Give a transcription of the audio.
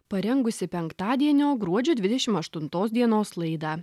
parengusi penktadienio gruodžio dvidešim aštuntos dienos laidą